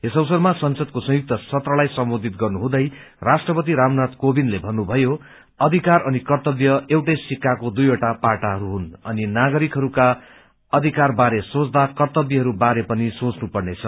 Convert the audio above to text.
यस अवसरमा संसदको संयुक्त सत्रलाई सम्बोधित गर्नुहुँदै राष्ट्रपति रामनाथ कोविन्दले भन्नुभयो अधिकतर अनि कर्त्तव्य एउटै सिक्कको दुईवटा पाटाहरू हुन् अनि नागरिकहरूको अधिकतर बारे सोच्दा कर्त्तव्यहरू बारे पनि सोच्न पर्नेछ